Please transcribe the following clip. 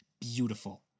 beautiful